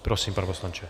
Prosím, pane poslanče.